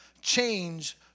change